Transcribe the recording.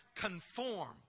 conform